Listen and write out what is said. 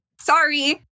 Sorry